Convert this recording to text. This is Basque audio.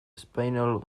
espainol